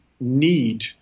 need